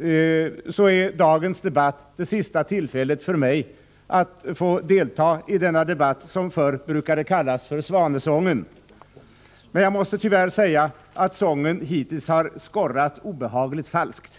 är dagens debatt det sista tillfället för mig att delta i denna debatt med något som förr brukade kallas för svanesången. Jag måste tyvärr säga att sången hittills har skorrat obehagligt falsk.